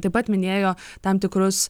taip pat minėjo tam tikrus